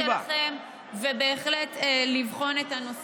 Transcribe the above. להביע ולהציג את הדברים שלכם ובהחלט לבחון את הנושא.